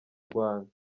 rwanda